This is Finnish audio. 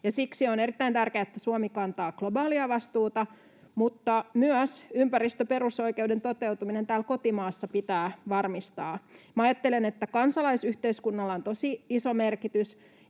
Siksi on erittäin tärkeää, että Suomi kantaa globaalia vastuuta, mutta myös ympäristöperusoikeuden toteutuminen täällä kotimaassa pitää varmistaa. Minä ajattelen, että kansalaisyhteiskunnalla on tosi iso merkitys